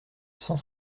cent